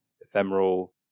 ephemeral